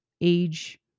age